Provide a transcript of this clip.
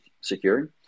securing